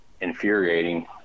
infuriating